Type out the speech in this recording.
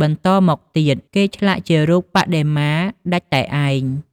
បន្តមកទៀតគេឆ្លាក់ជារូបបដិមាដាច់តែឯង។